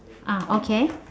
ah okay